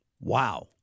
Wow